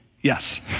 Yes